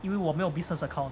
因为我没有 business account